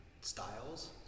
styles